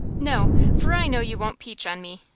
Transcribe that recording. no for i know you won't peach on me.